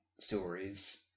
stories